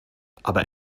aber